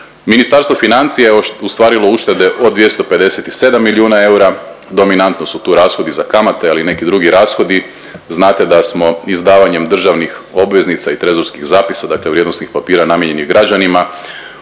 Ministarstvo financija je ostvarilo uštede od 257 milijuna eura, dominantno su tu rashodi za kamate, ali i neki drugi rashodi. Znate da smo izdavanjem državnih obveznica i trezorskih zapisa dakle vrijednosnih papira namijenjenih građanima